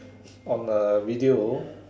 on a video